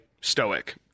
stoic